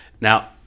Now